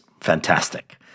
fantastic